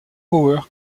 power